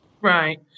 Right